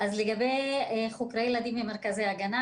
לגבי חוקרי ילדים במרכזי הגנה.